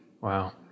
Wow